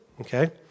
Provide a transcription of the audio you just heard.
Okay